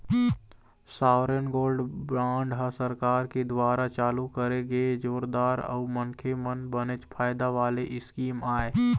sovereign gold bond ह सरकार के दुवारा चालू करे गे जोरदार अउ मनखे मन बनेच फायदा वाले स्कीम आय